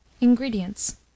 Ingredients